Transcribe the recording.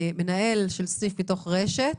מנהל של סניף בתוך רשת